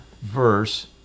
verse